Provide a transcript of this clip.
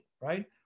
right